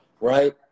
right